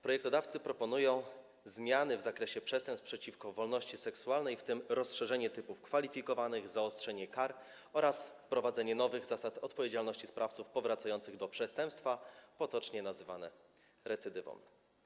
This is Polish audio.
Projektodawcy proponują zmiany dotyczące przestępstw przeciwko wolności seksualnej, w tym rozszerzenie katalogu typów kwalifikowanych, zaostrzenie kar oraz wprowadzenie nowych zasad odpowiedzialności sprawców powracających do przestępstwa, co potocznie nazywane jest recydywą.